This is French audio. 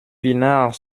pinard